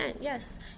yes